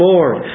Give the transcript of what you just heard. Lord